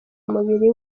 umubiri